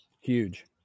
Huge